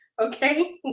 Okay